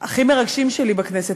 הכי מרגשים שלי בכנסת.